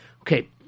Okay